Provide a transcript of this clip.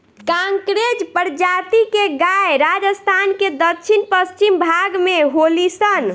कांकरेज प्रजाति के गाय राजस्थान के दक्षिण पश्चिम भाग में होली सन